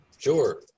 Sure